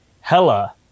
Hella